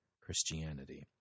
Christianity